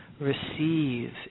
receive